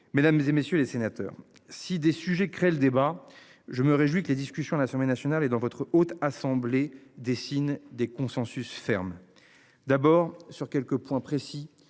Mesdames, et messieurs les sénateurs. Si des sujets crée le débat. Je me réjouis que les discussions à l'Assemblée nationale et dans votre haute assemblée dessine des consensus ferme d'abord sur quelques points précis